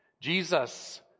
Jesus